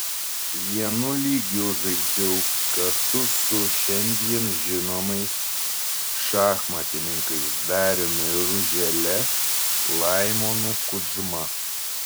vienu lygiu žaidžiau kartu su šiandien žinomais šachmatininkais dariumi ružele laimonu kudžma